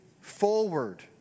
forward